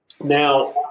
Now